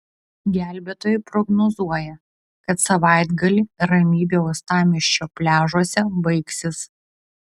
gelbėtojai prognozuoja kad savaitgalį ramybė uostamiesčio pliažuose baigsis